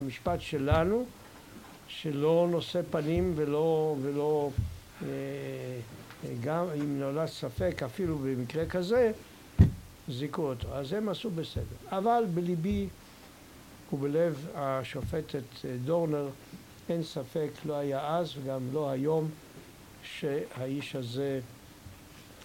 המשפט שלנו, שלא נושא פנים ולא, גם אם נולד ספק, אפילו במקרה כזה, זיכו אותו. אז הם עשו בסדר, אבל בליבי ובלב השופטת דורנר אין ספק, לא היה אז וגם לא היום שהאיש הזה